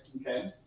okay